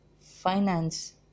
finance